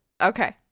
okay